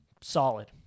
Solid